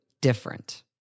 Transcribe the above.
different